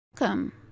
Welcome